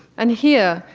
and here,